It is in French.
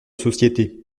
société